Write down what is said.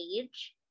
age